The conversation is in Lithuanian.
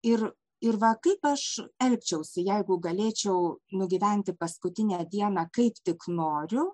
ir ir va kaip aš elgčiausi jeigu galėčiau nugyventi paskutinę dieną kai tik noriu